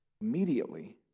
Immediately